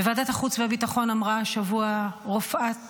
בוועדת החוץ והביטחון אמרה השבוע רופאת שיקום,